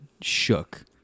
shook